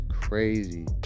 crazy